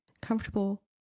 comfortable